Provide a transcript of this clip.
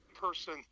person